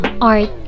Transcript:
art